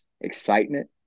Excitement